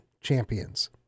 champions